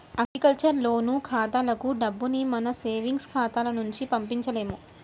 agriculture loan ఖాతాలకు డబ్బుని మన సేవింగ్స్ ఖాతాల నుంచి పంపించలేము